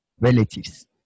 relatives